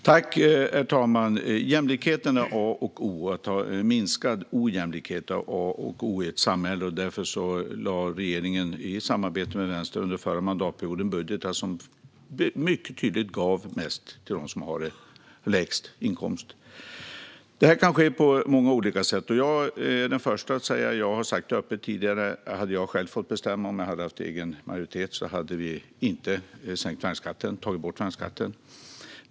Herr talman! Minskad ojämlikhet är A och O i ett samhälle. Därför lade regeringen i samarbete med Vänstern under förra mandatperioden fram budgetar som mycket tydligt gav mest till dem som har lägst inkomst. Detta kan ske på många olika sätt. Jag är den förste att säga, och har tidigare öppet sagt, att om jag hade haft egen majoritet och själv fått bestämma hade vi inte tagit bort värnskatten.